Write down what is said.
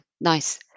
Nice